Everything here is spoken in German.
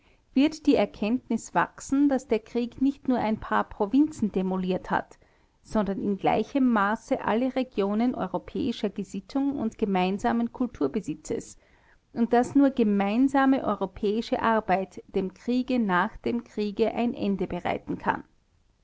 wird die erkenntnis wachsen daß der krieg nicht nur ein paar provinzen demoliert hat sondern in gleichem maße alle regionen europäischer gesittung und gemeinsamen kulturbesitzes und daß nur gemeinsame europäische arbeit dem krieg nach dem kriege ein ende bereiten kann